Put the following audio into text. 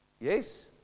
Yes